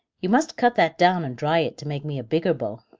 you must cut that down and dry it to make me a bigger bow.